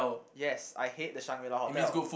yes I hate the Shangri-La hotel